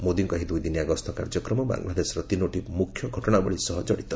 ମୋଦୀଙ୍କ ଏହି ଦୁଇଦିନିଆ ଗସ୍ତ କାର୍ଯ୍ୟକ୍ରମ ବାଂଲାଦେଶର ତିନୋଟି ମୁଖ୍ୟ ଘଟଣାବଳୀ ସହ ଜଡ଼ିତ